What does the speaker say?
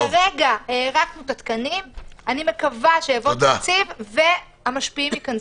כרגע הארכנו את התקנים ואני מקווה שיעבור תקציב והמשפיעים ייכנסו.